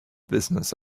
business